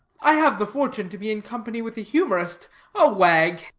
i have the fortune to be in company with a humorist a wag.